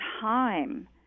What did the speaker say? time